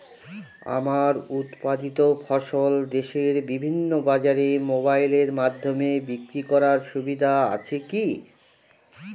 আমার উৎপাদিত ফসল দেশের বিভিন্ন বাজারে মোবাইলের মাধ্যমে বিক্রি করার সুবিধা আছে কি?